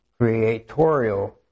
creatorial